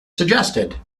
suggested